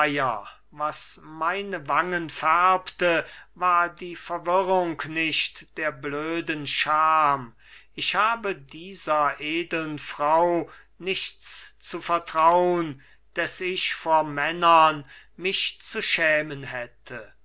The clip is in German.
was meine wangen färbte war die verwirrung nicht der blöden scham ich habe dieser edeln frau nichts zu vertraun des ich vor männern mich zu schämen hätte